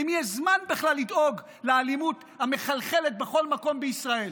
למי יש זמן בכלל לדאוג לאלימות המחלחלת בכל מקום בישראל?